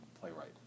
playwright